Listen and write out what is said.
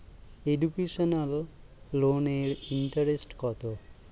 Educational লোনের interest কত?